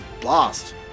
blast